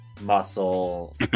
muscle